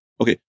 okay